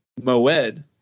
moed